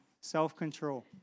self-control